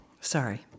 sorry